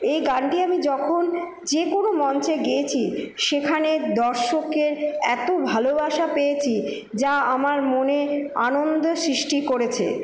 এই গানটি আমি যখন যে কোনো মঞ্চে গেয়েছি সেখানে দর্শকের এত ভালোবাসা পেয়েছি যা আমার মনে আনন্দ সৃষ্টি করেছে